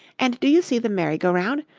and do you see the merry-go-round?